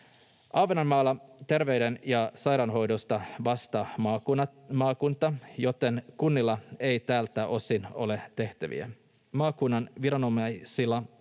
Ahvenanmaalla terveyden- ja sairaanhoidosta vastaa maakunta, joten kunnilla ei tältä osin ole tehtäviä. Maakunnan viranomaisilla